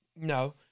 No